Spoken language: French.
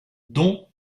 dont